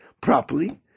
properly